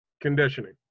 conditioning